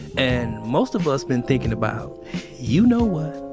and most of us been thinkin' about you know what